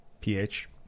P-H